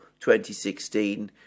2016